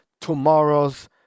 tomorrows